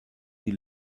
die